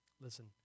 Listen